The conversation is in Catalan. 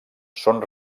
són